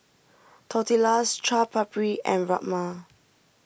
Tortillas Chaat Papri and Rajma